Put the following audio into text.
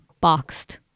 boxed